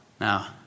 Now